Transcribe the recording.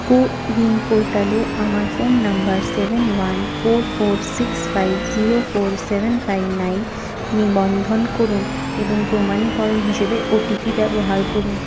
কো win পোর্টালে আমার phone number seven one four four six five zero four seven five nine নিবন্ধন করুন এবং প্রমাণীকরণ হিসাবে ওটিপি ব্যবহার করুন